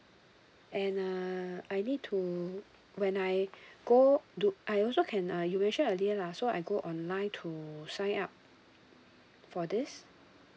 and uh I need to when I go do I also can uh you mentioned earlier lah so I go online to sign up for this